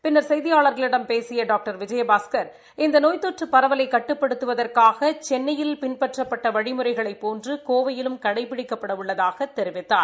பின்னா் செய்தியாள்களிடம் பேசிய டாக்டர் விஜயபாஸ்கா் இந்த நோய் தொற்று பரவலை கட்டுப்படுத்துவதற்காக சென்னையில் பின்பற்றப்பட வழிமுறைகளைப் போன்று கோவையிலும் கடைபிடிக்கப்பட உள்ளதாகத் தெரிவித்தார்